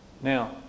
Now